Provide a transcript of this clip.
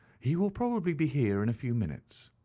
he will probably be here in a few minutes.